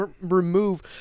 remove